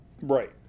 Right